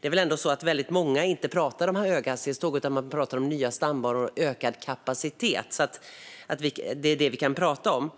Det är väl ändå så att många inte pratar om höghastighetståg utan om nya stambanor och ökad kapacitet. Det är det vi pratar om.